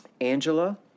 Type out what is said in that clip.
Angela